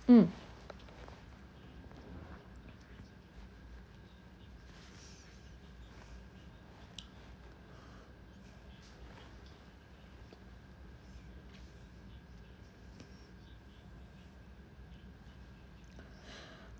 mm